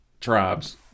tribes